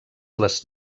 les